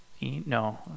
No